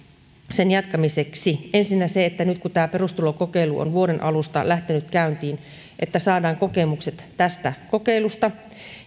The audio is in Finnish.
sen jatkamiseksi ensinnä se että nyt kun tämä perustulokokeilu on vuoden alusta lähtenyt käyntiin niin saadaan kokemukset tästä kokeilusta